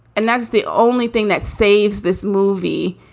and that's the only thing that saves this movie.